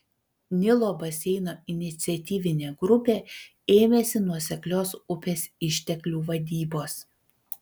nilo baseino iniciatyvinė grupė ėmėsi nuoseklios upės išteklių vadybos